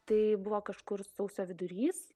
tai buvo kažkur sausio vidurys